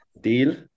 Deal